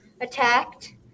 attacked